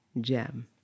gem